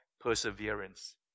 perseverance